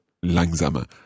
Langsamer